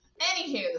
Anywho